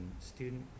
student